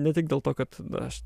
ne tik dėl to kad aš